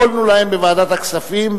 יכולנו להם בוועדת הכספים,